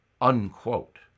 Unquote